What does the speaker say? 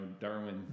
Darwin